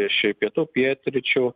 iš pietų pietryčių